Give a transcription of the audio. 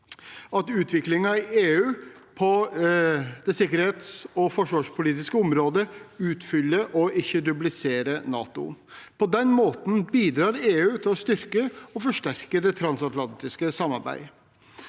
at utviklingen på det sikkerhets- og forsvarspolitiske området i EU utfyller og ikke dupliserer NATO. På den måten bidrar EU til å styrke og forsterke det transatlantiske samarbeidet.